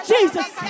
Jesus